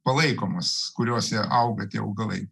palaikomos kuriose auga tie augalai